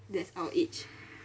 that's our age